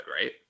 right